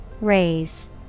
Raise